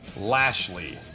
Lashley